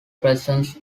presence